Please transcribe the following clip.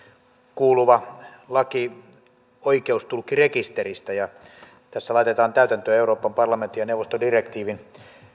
kuuluva laki oikeustulkkirekisteristä tässä laitetaan täytäntöön euroopan parlamentin ja neuvoston direktiivi